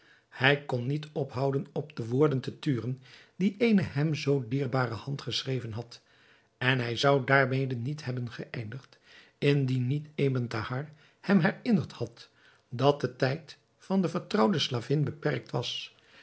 hij kon niet ophouden op de woorden te turen die eene hem zoo dierbare hand geschreven had en hij zou daarmede niet hebben geëindigd indien niet ebn thahar hem herinnerd had dat de tijd van de vertrouwde slavin beperkt was